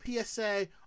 PSA